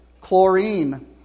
chlorine